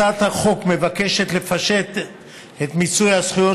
הצעת החוק מבקשת לפשט את מיצוי הזכויות